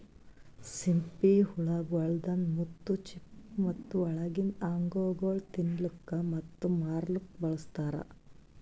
ಸಿಂಪಿ ಹುಳ ಗೊಳ್ದಾಂದ್ ಮುತ್ತು, ಚಿಪ್ಪು ಮತ್ತ ಒಳಗಿಂದ್ ಅಂಗಗೊಳ್ ತಿನ್ನಲುಕ್ ಮತ್ತ ಮಾರ್ಲೂಕ್ ಬಳಸ್ತಾರ್